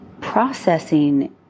Processing